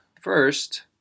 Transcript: first